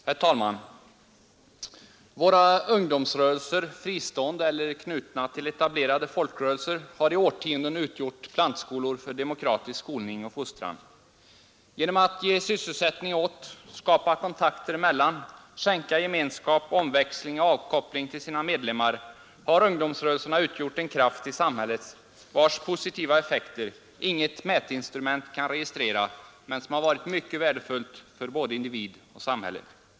Herr talman! Våra ungdomsrörelser, fristående eller knutna till etablerade folkrörelser, har i årtionden utgjort plantskolor för demokratisk skolning och fostran. Genom att ge sysselsättning åt, skapa kontakter mellan, skänka gemenskap, omväxling och avkoppling åt sina medlemmar har ungdomsrörelserna utgjort en kraft i samhället, vars positiva effekter inget mätinstrument kan registrera men som varit mycket värdefullt för både individ och samhälle.